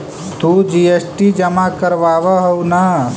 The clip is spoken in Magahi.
तु जी.एस.टी जमा करवाब हहु न?